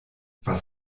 was